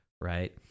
right